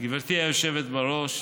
גברתי היושבת בראש,